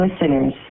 Listeners